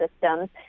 systems